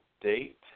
date